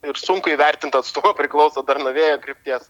ir sunku įvertint atstumą priklauso nuo vėjo krypties